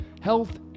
Health